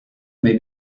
may